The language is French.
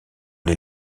les